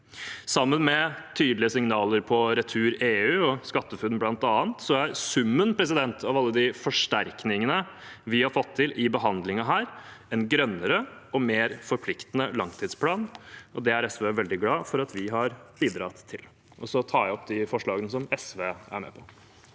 Sammen med tydelige signaler for bl.a. Retur-EU og SkatteFUNN er summen av alle de forsterkningene vi har fått til i behandlingen her, en grønnere og mer forpliktende langtidsplan, og det er SV veldig glad for at vi har bidratt til. Jeg tar opp de forslagene SV er med på.